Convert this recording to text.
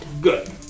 Good